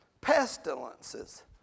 Pestilences